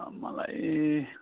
मलाई